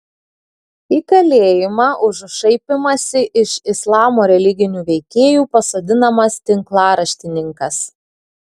į kalėjimą už šaipymąsi iš islamo religinių veikėjų pasodinamas tinklaraštininkas